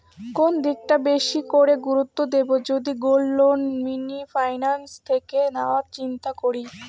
কোন দিকটা বেশি করে গুরুত্ব দেব যদি গোল্ড লোন মিনি ফাইন্যান্স থেকে নেওয়ার চিন্তা করি?